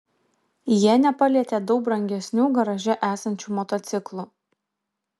jie nepalietė daug brangesnių garaže esančių motociklų